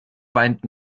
weint